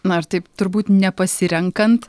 na ir taip turbūt nepasirenkant